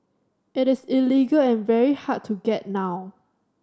it is illegal and very hard to get now